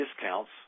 discounts